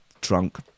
drunk